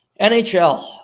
NHL